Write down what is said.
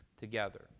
together